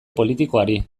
politikoari